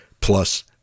plus